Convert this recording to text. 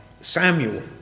Samuel